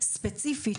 ספציפי,